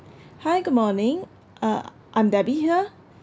hi good morning uh I'm debbie here